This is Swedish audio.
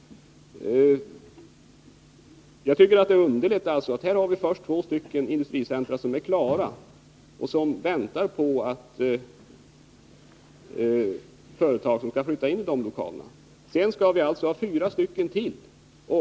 Jag tycker att det hela är underligt. Här har vi först två industricentra som är klara och väntar på att företagen skall flytta in i lokalerna. Sedan skall vi alltså ha fyra till.